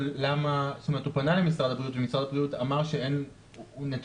הוא פנה למשרד הבריאות ומשרד הבריאות אמר שאין נתונים.